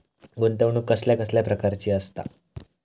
गुंतवणूक कसल्या कसल्या प्रकाराची असता?